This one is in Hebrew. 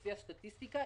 לפי הסטטיסטיקה,